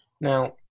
Now